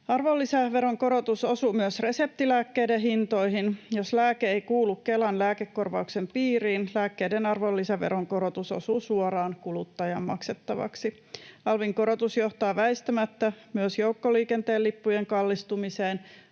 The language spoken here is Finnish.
Arvonlisäveron korotus osuu myös reseptilääkkeiden hintoihin. Jos lääke ei kuulu Kelan lääkekorvauksen piiriin, lääkkeiden arvonlisäveron korotus osuu suoraan kuluttajan maksettavaksi. Alvin korotus johtaa väistämättä myös joukkoliikenteen lippujen kallistumiseen